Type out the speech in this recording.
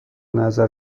نظر